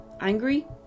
angry